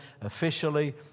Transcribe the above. officially